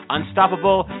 Unstoppable